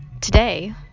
today